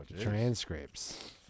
transcripts